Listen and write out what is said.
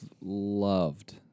loved